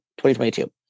2022